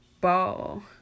ball